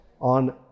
on